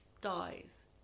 dies